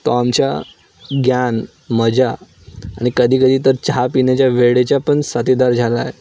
तो आमच्या ज्ञान मजा आणि कधीकधी तर चहा पिण्याच्या वेळेचा पण साथीदार झाला आहे